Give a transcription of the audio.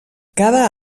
cada